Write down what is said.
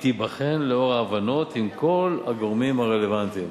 היא תיבחן לאור ההבנות עם כל הגורמים הרלוונטיים.